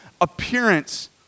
appearance